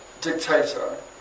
dictator